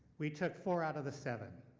we took four out of the seven.